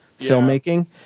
filmmaking